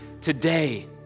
today